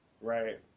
Right